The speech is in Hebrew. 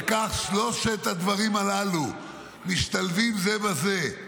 וכך שלושת הדברים הללו משתלבים זה בזה.